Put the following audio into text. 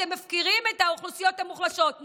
אתם מפקירים את האוכלוסיות המוחלשות,